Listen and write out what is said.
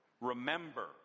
remember